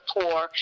poor